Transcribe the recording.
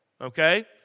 okay